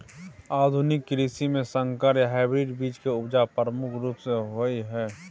आधुनिक कृषि में संकर या हाइब्रिड बीज के उपजा प्रमुख रूप से होय हय